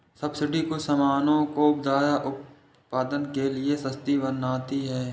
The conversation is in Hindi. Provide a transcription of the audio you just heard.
सब्सिडी कुछ सामानों को उत्पादन के लिए सस्ती बनाती है